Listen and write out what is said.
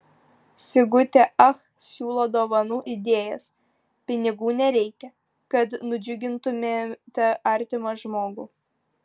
sigutė ach siūlo dovanų idėjas pinigų nereikia kad nudžiugintumėte artimą žmogų